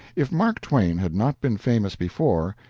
if mark twain had not been famous before,